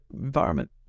environment